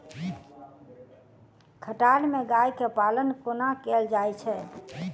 खटाल मे गाय केँ पालन कोना कैल जाय छै?